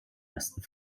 ersten